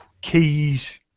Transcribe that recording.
keys